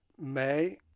may,